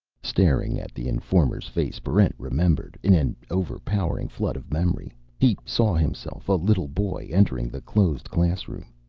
staring at the informer's face, barrent remembered. in an overpowering flood of memory he saw himself, a little boy, entering the closed classroom.